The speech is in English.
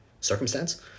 circumstance